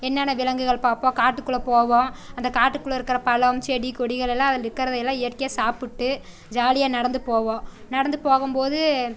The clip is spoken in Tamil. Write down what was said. என்னென்ன விலங்குகள் பார்ப்போம் காட்டுக்குள்ளே போவோம் அந்த காட்டுக்குள்ளே இருக்கிற பழம் செடிகொடிகளெல்லாம் அதில் இருக்கிறதெல்லாம் இயற்கையாக சாப்பிட்டு ஜாலியாக நடந்து போவோம் நடந்து போகும்போது